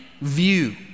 view